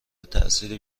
تاثیر